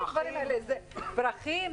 פרחים,